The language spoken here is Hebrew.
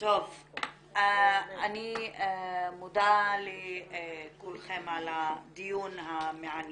אני מודה לכולכם על הדיון המעניין.